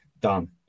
done